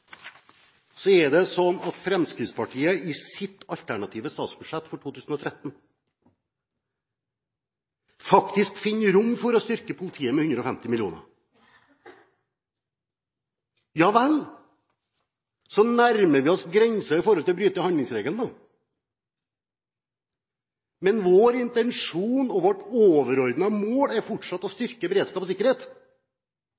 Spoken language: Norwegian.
så nærmer vi oss grensen for å bryte handlingsregelen. Men vår intensjon og vårt overordnede mål er fortsatt å